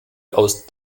aus